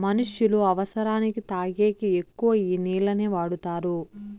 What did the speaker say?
మనుష్యులు అవసరానికి తాగేకి ఎక్కువ ఈ నీళ్లనే వాడుతారు